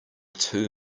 too